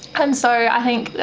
and so i think,